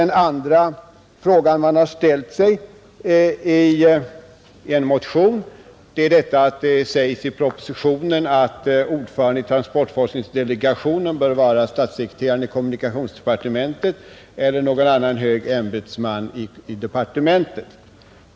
En annan fråga man har ställt sig i en motion gäller detta att det i propositionen sägs att ordföranden i transportforskningsdelegationen bör vara statssekreteraren i kommunikationsdepartementet eller någon annan hög ämbetsman i departementet.